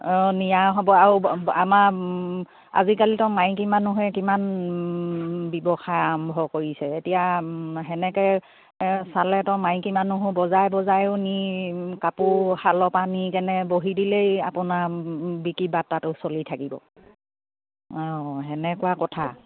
অঁ নিয়া হ'ব আৰু আমাৰ আজিকালিতো মাইকী মানুহে কিমান ব্যৱসায় আৰম্ভ কৰিছে এতিয়া তেনেকৈ চালেতো মাইকী মানুহো বজাৰে বজাৰেও নি কাপোৰ শালৰ পৰা নি কেনে বহি দিলেই আপোনাৰ বিক্ৰী বাৰ্তাটো চলি থাকিব অঁ তেনেকুৱা কথা